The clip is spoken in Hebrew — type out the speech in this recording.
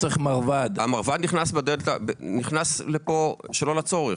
המרב"ד נכנס לפה שלא לצורך.